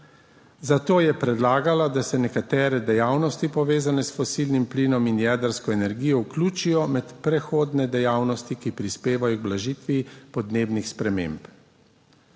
Zato je predlagala, da se nekatere dejavnosti, povezane s fosilnim plinom in jedrsko energijo, vključijo med prehodne dejavnosti, ki prispevajo k blažitvi podnebnih sprememb.